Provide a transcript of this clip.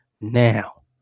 now